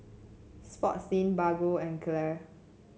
Sportslink Bargo and Gelare